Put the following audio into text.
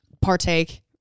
partake